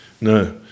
no